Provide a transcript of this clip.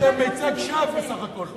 אתם מיצג שווא, בסך הכול.